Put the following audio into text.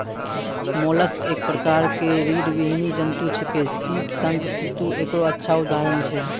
mollusc एक प्रकार के रीड़विहीन जंतु छेकै, सीप, शंख, सित्तु एकरो अच्छा उदाहरण छै